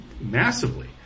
massively